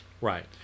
Right